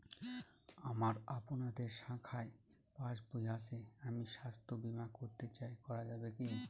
আমার আপনাদের শাখায় পাসবই আছে আমি স্বাস্থ্য বিমা করতে চাই করা যাবে কি?